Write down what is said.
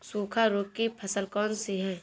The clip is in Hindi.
सूखा रोग की फसल कौन सी है?